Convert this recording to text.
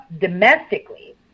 domestically